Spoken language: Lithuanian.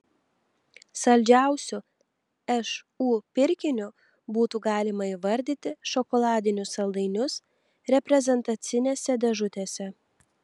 saldžiausiu šu pirkiniu būtų galima įvardyti šokoladinius saldainius reprezentacinėse dėžutėse